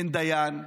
אין דיין,